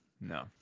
No